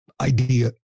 idea